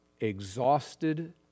exhausted